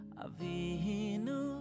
avinu